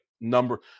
number